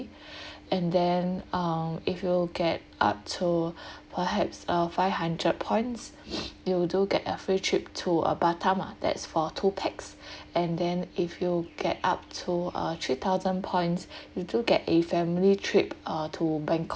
and then um if you will get up to perhaps a five hundred points you will do get a free trip to uh batam ah that's for two pax and then if you get up to a three thousand points you do get a family trip uh to bangkok